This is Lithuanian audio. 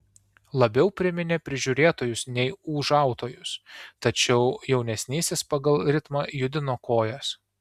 labiau priminė prižiūrėtojus nei ūžautojus tačiau jaunesnysis pagal ritmą judino kojas